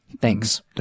thanks